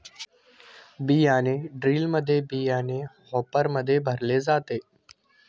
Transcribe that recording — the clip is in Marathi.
बियाणे ड्रिलमध्ये बियाणे हॉपरमध्ये भरले जाते